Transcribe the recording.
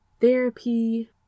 therapy